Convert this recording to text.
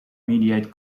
mediate